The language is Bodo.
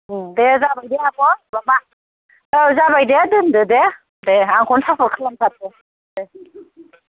दे जाबाय दे आब' माबा औ जाबाय दे दोनदो दे दे आंखौनो सापर्ट खालामथारदो दे